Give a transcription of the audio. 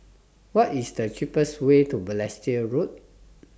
What IS The cheapest Way to Balestier Road